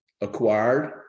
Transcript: acquired